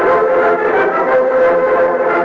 i don't know